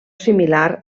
similar